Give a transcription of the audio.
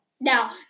Now